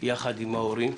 יחד עם ההורים,